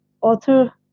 author